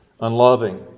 unloving